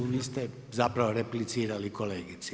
Vi ste zapravo replicirali kolegici.